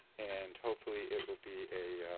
and hopefully it will be a,